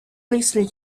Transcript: loosely